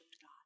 God